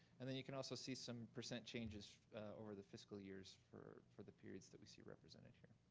and then you can also see some percent changes over the fiscal years for for the periods that we see represented here.